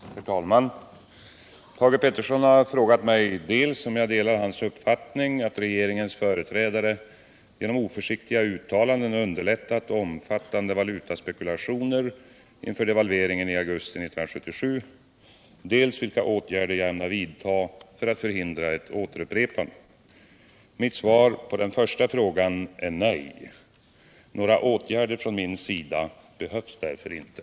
Herr talman! Thage Peterson har frågat mig dels om jag delar hans uppfattning att regeringens företrädare genom oförsiktiga uttalanden underlättat omfattande valutaspekulationer inför devalveringen i augusti 1977, dels vilka åtgärder jag ämnar vidta för att förhindra ett återupprepande. Mitt svar på den första frågan är nej. Några åtgärder från min sida behövs därför inte.